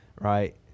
right